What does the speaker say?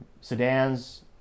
sedans